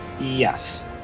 Yes